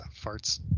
farts